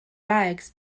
rags